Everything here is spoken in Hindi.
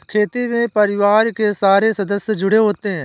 खेती में परिवार के सारे सदस्य जुड़े होते है